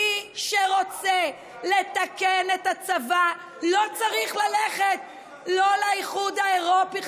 מי שרוצה לתקן את הצבא לא צריך ללכת לא לאיחוד האירופי,